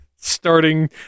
starting